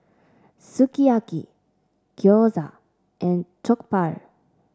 Sukiyaki Gyoza and Jokbal